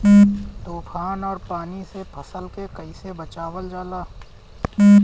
तुफान और पानी से फसल के कईसे बचावल जाला?